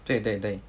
对对对